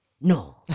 no